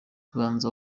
banza